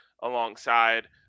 alongside